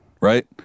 right